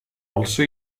also